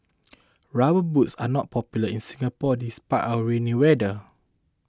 rubber boots are not popular in Singapore despite our rainy weather